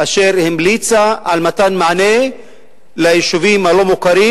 אשר המליצה על מתן מענה ליישובים הלא-מוכרים